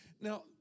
now